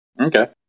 Okay